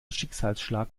schicksalsschlag